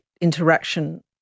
interaction